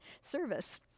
service